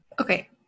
okay